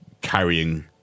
carrying